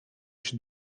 się